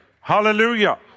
Hallelujah